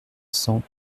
cent